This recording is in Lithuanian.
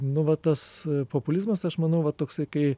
nu va tas populizmas aš manau va toksai kai